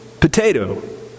potato